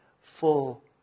full